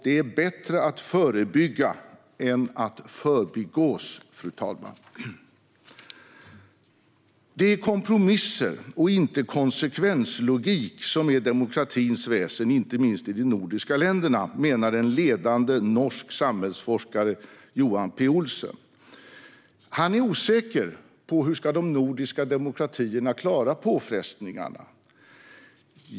Det är bättre att förebygga än att förbigås, fru talman! Det är kompromisser och inte konsekvenslogik som är demokratins väsen, inte minst i de nordiska länderna, menar den ledande norske samhällsforskaren Johan P Olsen. Han är osäker på hur de nordiska demokratierna ska klara påfrestningarna.